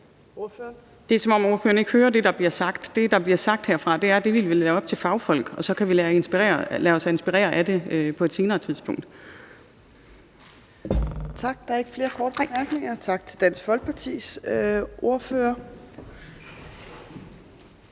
Det er, som om ordføreren ikke hører det, der bliver sagt. Det, der bliver sagt herfra, er, at det vil vi lade være op til fagfolk, og så kan vi lade os inspirere af det på et senere tidspunkt. Kl. 17:43 Fjerde næstformand (Trine Torp): Tak. Der er ikke flere korte bemærkninger. Tak til Dansk Folkepartis ordfører.